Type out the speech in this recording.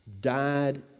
died